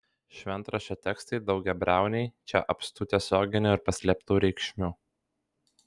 šventraščio tekstai daugiabriauniai čia apstu tiesioginių ir paslėptų reikšmių